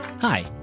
Hi